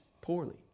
poorly